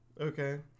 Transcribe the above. Okay